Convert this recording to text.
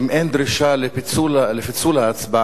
אם אין דרישה לפיצול ההצבעה,